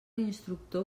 instructor